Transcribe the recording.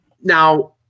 now